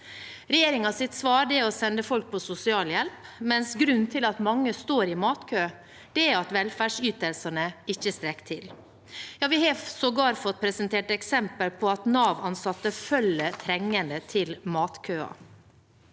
Regjeringens svar er å sende folk på sosialhjelp, mens grunnen til at mange står i matkø, er at velferdsytelsene ikke strekker til. Ja, vi har sågar fått presentert eksempel på at Navansatte følger trengende til matkøer.